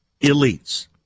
elites